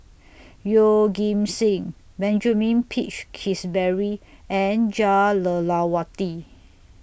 Yeoh Ghim Seng Benjamin Peach Keasberry and Jah Lelawati